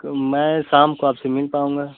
क्यों मैं शाम को आपसे मिल पाऊँगा